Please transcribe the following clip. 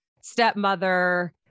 stepmother